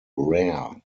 rare